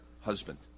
husband